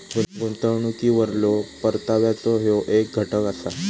गुंतवणुकीवरलो परताव्याचो ह्यो येक घटक असा